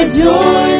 joy